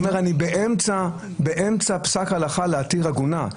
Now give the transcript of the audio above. הוא אמר שהוא היה באמצע פסק הלכה להתיר עגונה,